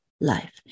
life